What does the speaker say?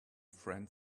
friend